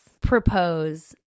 propose